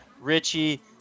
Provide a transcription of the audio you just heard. richie